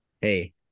hey